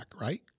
right